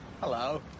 Hello